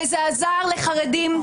וזה עזר לחרדים,